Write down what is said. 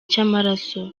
cy’amaraso